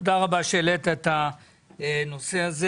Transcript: תודה רבה שהעלית את הנושא הזה.